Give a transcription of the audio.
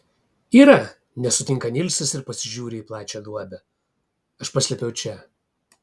yra nesutinka nilsas ir pasižiūri į plačią duobę aš paslėpiau čia